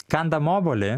kandam obuolį